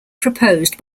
proposed